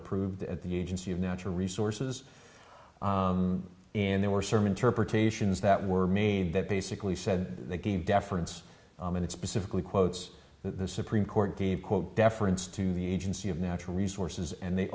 approved at the agency of natural resources and there were some interpretations that were made that basically said they gave deference and it's pacifically quotes the supreme court gave quote deference to the agency of natural resources and they